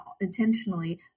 intentionally